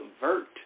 convert